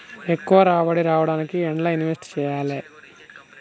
ఎక్కువ రాబడి రావడానికి ఎండ్ల ఇన్వెస్ట్ చేయాలే?